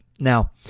now